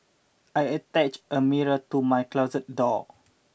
I attached a mirror to my closet door